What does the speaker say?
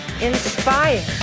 inspired